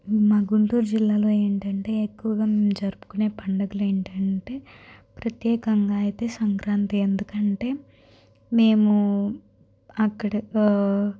మా గుంటూరు జిల్లాలో ఏంటంటే ఎక్కువగా మేము జరుపుకునే పండగలు ఏంటంటే ప్రత్యేకంగా అయితే సంక్రాంతి ఎందుకంటే మేము అక్కడ